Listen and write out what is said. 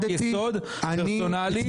חוק יסוד פרסונלי.